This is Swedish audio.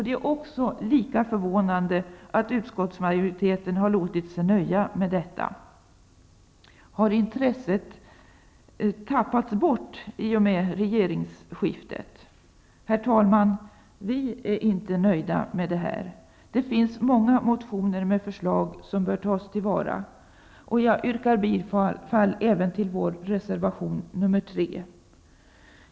Det är lika förvånande att utskottsmajoriteten har låtit sig nöja med detta. Har intresset för dessa frågor tappats bort i och med regeringsskiftet? Herr talman! Vi är inte nöjda med detta. Det finns många motioner med förslag som bör tas till vara, och jag yrkar bifall även till vår reservation nr 3. Herr talman!